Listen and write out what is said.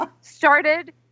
started